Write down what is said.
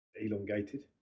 elongated